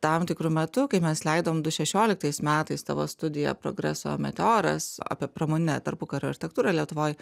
tam tikru metu kai mes leidom du šešioliktais metais tavo studiją progreso meteoras apie pramoninę tarpukario architektūrą lietuvoj